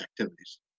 activities